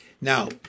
Now